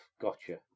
gotcha